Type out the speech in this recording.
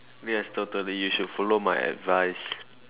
yes totally you should follow my advice